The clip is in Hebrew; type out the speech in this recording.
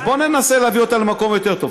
אז בוא ננסה להביא אותה למקום יותר טוב.